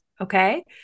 okay